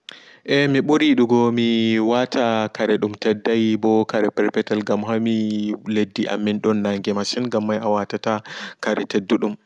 Eh mi ɓuri yidugo mi wata kare ɗum tedday ɓo kare perpetele ngam hami leddi amin do naange masin gammai awatata kare teddu ɗum.